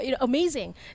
amazing